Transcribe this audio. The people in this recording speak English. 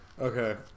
Okay